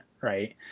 right